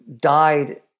died